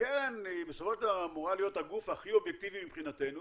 הקרן בסופו של דבר אמורה להיות הגוף הכי אובייקטיבי מבחינתנו